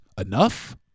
enough